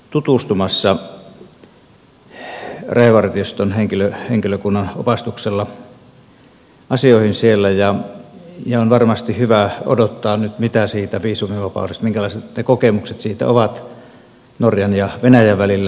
kävimme tutustumassa rajavartioston henkilökunnan opastuksella asioihin siellä ja on ihan varmasti hyvä odottaa nyt minkälaiset ne kokemukset siitä viisumivapaudesta ovat norjan ja venäjän välillä